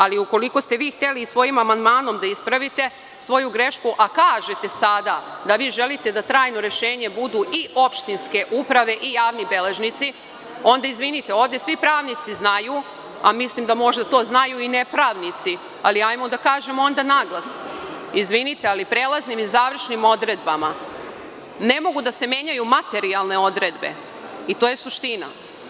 Ali, ukoliko ste vi hteli svojim amandmanom da ispravite svoju grešku, a kažete sada da vi želite da trajno rešenje budu i opštinske uprave i javni beležnici, onda izvinite, ovde svi pravnici znaju, a mislim da možda to znaju i nepravnici, ali ajmo da kažemo onda naglas, izvinite, ali prelaznim i završnim odredbama ne mogu da se menjaju materijalne odredbe i to je suština.